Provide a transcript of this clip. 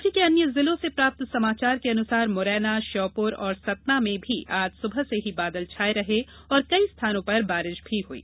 राज्य के अन्य जिलों से प्राप्त समाचार के अनुसार मुरैना श्योपुर और सतना में भी आज सुबह से ही बादल छाये रहे और कई स्थानों पर बारिश भी हुई